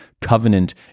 Covenant